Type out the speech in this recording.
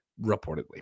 reportedly